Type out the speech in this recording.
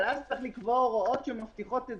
אבל אז צריך לקבוע הוראות שמבטיחות את